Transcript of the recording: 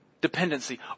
Dependency